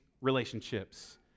relationships